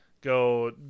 go